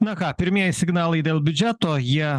na ką pirmieji signalai dėl biudžeto jie